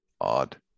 odd